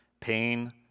pain